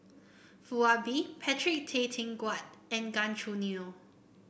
Foo Ah Bee Patrick Tay Teck Guan and Gan Choo Neo